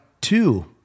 two